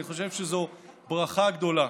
ואני חושב שזו ברכה גדולה.